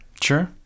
Sure